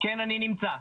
כן אני נמצא.